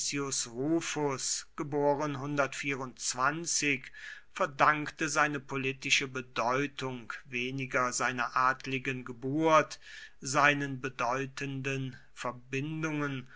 sulpicius rufus verdankte seine politische bedeutung weniger seiner adligen geburt seinen bedeutenden verbindungen